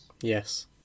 yes